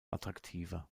attraktiver